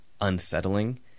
unsettling